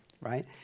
right